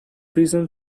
prison